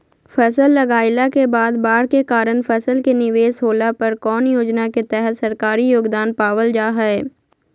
फसल लगाईला के बाद बाढ़ के कारण फसल के निवेस होला पर कौन योजना के तहत सरकारी योगदान पाबल जा हय?